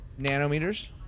nanometers